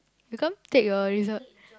you come take your result